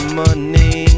money